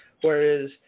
Whereas